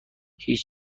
هیچ